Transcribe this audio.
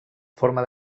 forma